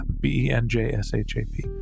B-E-N-J-S-H-A-P